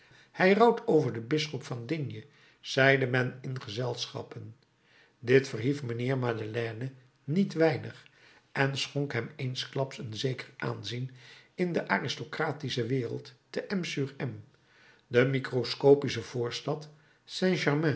hij rouwt over den bisschop van d zeide men in de gezelschappen dit verhief mijnheer madeleine niet weinig en schonk hem eensklaps een zeker aanzien in de aristocratische wereld te m sur m de microscopische voorstad saint-germain